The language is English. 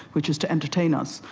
which is to entertain us,